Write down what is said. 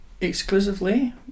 exclusively